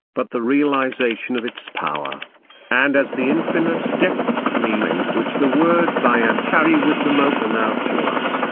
but the realisation of its power and as the infinite depths of meaning which the words i am carry with them open out to us,